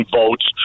votes